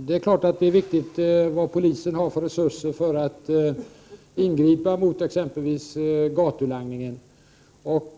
Herr talman! Frågan vilka resurser polisen har för att ingripa mot exempelvis gatulangningen är självfallet viktig, och